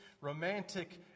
romantic